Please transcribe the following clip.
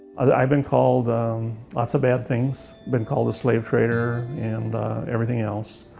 i've been called lots of bad things, been called a slave-trader and everything else.